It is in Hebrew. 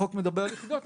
החוק מדבר על יחידות,